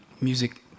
music